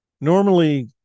Normally